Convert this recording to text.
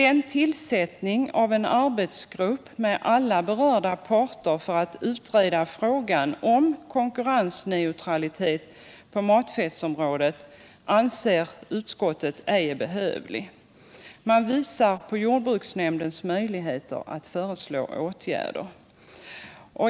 En tillsättning av en arbetsgrupp med alla berörda parter för att utreda frågan om konkurrensneutralitet på matfettsområdet anser utskottet ej behövlig. Utskottet hänvisar till jordbruksnämndens möjligheter att föreslå åtgärder.